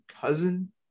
cousin